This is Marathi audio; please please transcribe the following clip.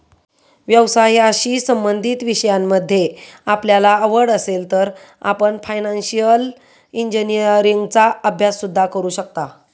व्यवसायाशी संबंधित विषयांमध्ये आपल्याला आवड असेल तर आपण फायनान्शिअल इंजिनीअरिंगचा अभ्यास सुद्धा करू शकता